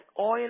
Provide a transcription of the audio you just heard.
oil